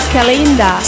Kalinda